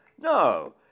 No